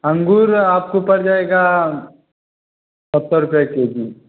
अंगूर आपको पड़ जाएगा सत्तर रुपये के जी